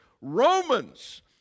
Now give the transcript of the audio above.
Romans